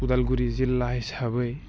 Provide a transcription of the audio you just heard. उदालगुरि जिल्ला हिसाबै